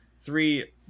three